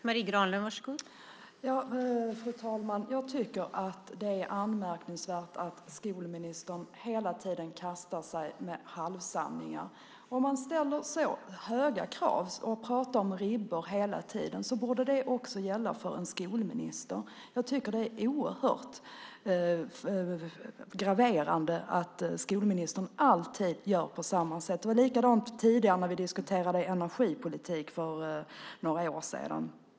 Fru talman! Jag tycker att det är anmärkningsvärt att skolministern hela tiden kastar fram halvsanningar. Om man ställer så höga krav och talar om ribbor hela tiden borde det också gälla för en skolminister. Jag tycker att det är oerhört graverande att skolministern alltid gör på samma sätt. Det var på samma sätt när vi för några år sedan diskuterade energipolitik.